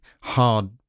hard